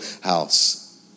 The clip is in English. house